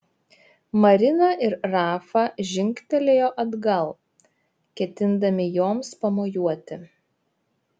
marina ir rafa žingtelėjo atgal ketindami joms pamojuoti